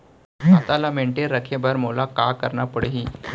खाता ल मेनटेन रखे बर मोला का करना पड़ही?